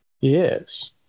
yes